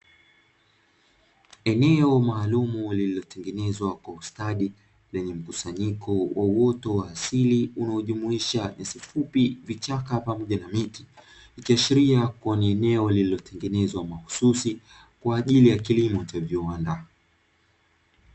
Eneo maalumu lililotengenezwa kwa ustadi lenye mkusanyiko wa uoto wa asili unaojumuisha nyasi fupi, vichaka, pamoja na miti, ikiashiria kuwa ni eneo lililotengenezwa mahususi kwa ajili ya kilimo cha viwanda.